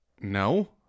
No